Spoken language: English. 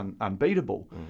unbeatable